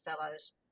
fellows